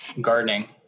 gardening